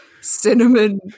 cinnamon